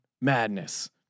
Madness